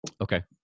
okay